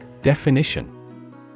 Definition